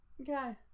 Okay